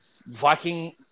Viking